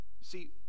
See